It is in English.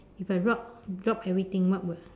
if I drop drop everything what will